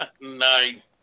Nice